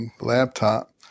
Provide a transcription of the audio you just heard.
laptop